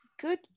good